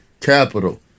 capital